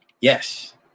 Yes